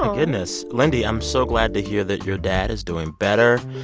um goodness. lindy, i'm so glad to hear that your dad is doing better.